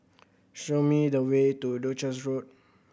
show me the way to Duchess Road